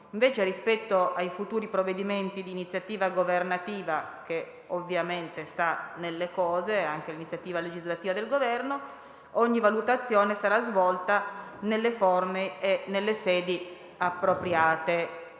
rispetto ai futuri provvedimenti di iniziativa governativa - che sta anch'essa nelle cose - ogni valutazione sarà svolta nelle forme e nelle sedi appropriate.